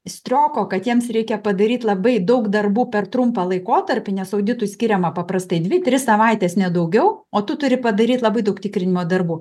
strioko kad jiems reikia padaryti labai daug darbų per trumpą laikotarpį nes auditui skiriama paprastai dvi trys savaitės ne daugiau o tu turi padaryti labai daug tikrinimo darbų